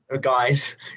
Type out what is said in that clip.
guys